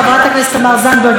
חברת הכנסת תמר זנדברג,